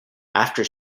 after